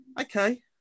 Okay